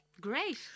Great